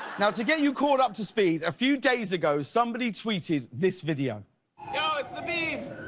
now to get you caught up to speed, a few days ago somebody tweeted this video. yo, it's the biebs.